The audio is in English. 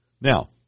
Now